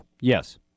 Yes